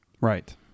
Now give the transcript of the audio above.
Right